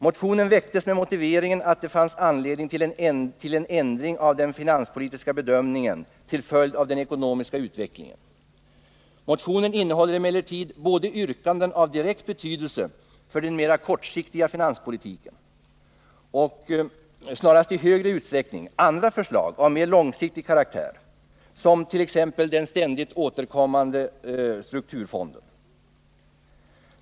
Motionen väcktes med motiveringen att det fanns anledning till en ändring av den finanspolitiska bedömningen till följd av den ekonomiska utvecklingen. Motionen innehåller emellertid både yrkanden av direkt betydelse för den mera kortsiktiga finanspolitiken och — snarast i högre utsträckning — andra förslag av mer långsiktig karaktär, t.ex. den ständigt återkommande strukturfonden.